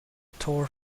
tor